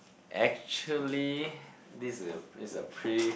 actually this is a this is a pretty